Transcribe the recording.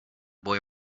boy